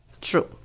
True